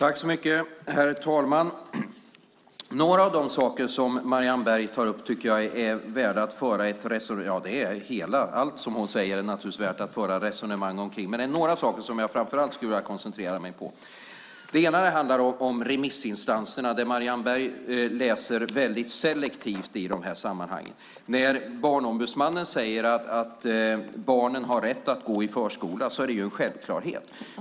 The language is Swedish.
Herr talman! Några av de saker som Marianne Berg tar upp tycker jag är värda att föra ett resonemang om. Ja, allt som hon säger är naturligtvis värt att föra resonemang om, men det är några saker som jag framför allt skulle vilja koncentrera mig på. Det ena handlar om remissinstanserna. Marianne Berg läser väldigt selektivt i de här sammanhangen. Barnombudsmannen säger att barnen har rätt att gå i förskola, och det är en självklarhet.